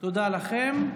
תודה לכם.